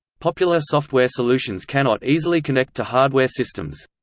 popular software solutions cannot easily connect to hardware systems.